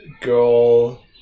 Girl